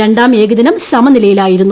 രണ്ടാം ഏകദിനം സമനിലയിൽ ആയിരുന്നു